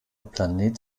planet